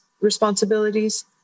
responsibilities